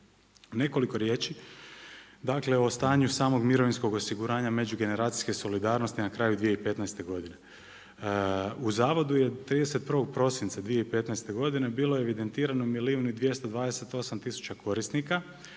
Nekoliko riječi dakle o stanju samog mirovinskog osiguranja međugeneracijske solidarnosti na kraju 2015. godine. U zavodu je 31. prosinca 2015. godine bilo je evidentirano milijun i 228 tisuća korisnika